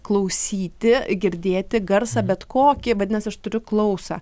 klausyti girdėti garsą bet kokį vadinas aš turiu klausą